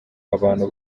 abantu